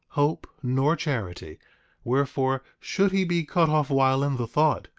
hope, nor charity wherefore, should he be cut off while in the thought,